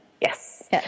Yes